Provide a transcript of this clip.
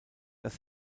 das